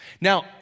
Now